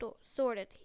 sorted